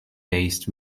based